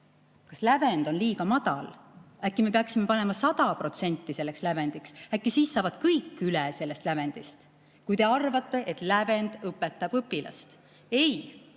Kas lävend on liiga madal? Äkki me peaksime panema 100% selleks lävendiks, äkki siis saavad kõik üle sellest lävendist? Kui te arvate, et lävend õpetab õpilast. Ei,